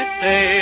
say